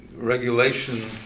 regulation